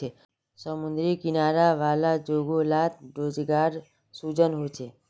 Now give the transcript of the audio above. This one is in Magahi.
समुद्री किनारा वाला जोगो लात रोज़गार सृजन होचे